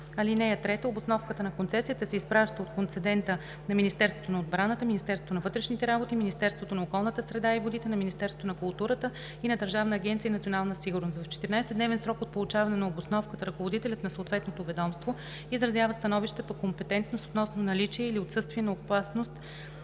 (3) Обосновката на концесията се изпраща от концедента на Министерството на отбраната, Министерството на вътрешните работи, Министерството на околната среда и водите, на Министерството на културата и на Държавна агенция „Национална сигурност“. В 14-дневен срок от получаване на обосновката ръководителят на съответното ведомство изразява становище по компетентност относно наличие или отсъствие на опасност